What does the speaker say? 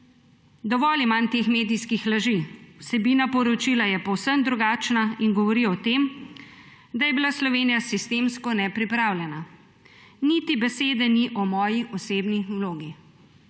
»Dovolj imam teh medijskih laži. Vsebina poročila je povsem drugačna in govori o tem, da je bila Slovenija sistemsko nepripravljena. Niti besede ni o moji osebni vlogi.«